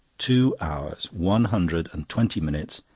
two hours. one hundred and twenty minutes.